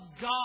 God